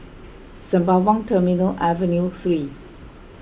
Sembawang Terminal Avenue three